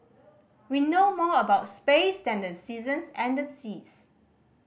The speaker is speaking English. we know more about space than the seasons and the seas